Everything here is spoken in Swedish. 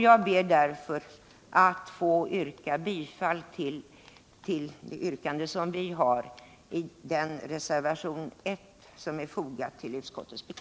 Jag ber att få yrka bifall till reservationen 1.